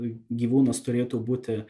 gyvūnas turėtų būti